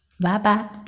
Bye-bye